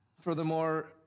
Furthermore